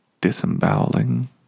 disemboweling